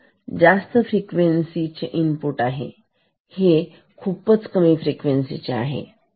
तर जास्त फ्रिक्वेन्सी चे इनपुट आहे आणि हे खूपच कमी फ्रिक्वेन्सी चे आहे